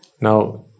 now